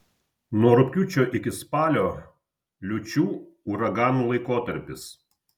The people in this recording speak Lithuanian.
nuo rugpjūčio iki spalio liūčių uraganų laikotarpis